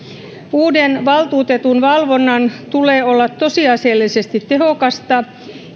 uuden valtuutetun valvonnan tulee olla tosiasiallisesti tehokasta